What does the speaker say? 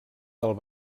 del